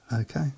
Okay